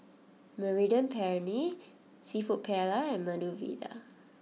Mediterranean Penne Seafood Paella and Medu Vada